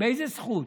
באיזו זכות?